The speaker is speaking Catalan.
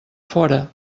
fora